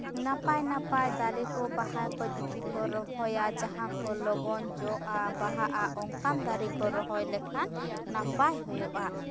ᱱᱟᱯᱟᱭ ᱱᱟᱯᱟᱭ ᱫᱟᱨᱮᱠᱩ ᱵᱟᱦᱟᱠᱩ ᱡᱚᱫᱤ ᱠᱩ ᱨᱚᱦᱚᱭᱟ ᱡᱟᱦᱟᱸ ᱠᱩ ᱞᱚᱜᱚᱱ ᱡᱚᱜ ᱟ ᱵᱟᱦᱟᱜ ᱟ ᱚᱱᱠᱟᱱ ᱫᱟᱨᱮᱠᱩ ᱨᱚᱦᱚᱭ ᱞᱮᱠᱷᱟᱱ ᱱᱟᱯᱟᱭ ᱦᱩᱭᱩᱜ ᱟ